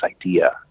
idea